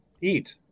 eat